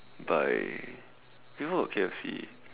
by Vivo got K_F_C